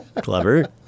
Clever